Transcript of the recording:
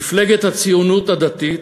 מפלגת הציונות הדתית